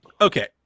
Okay